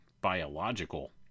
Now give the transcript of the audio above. biological